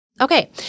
Okay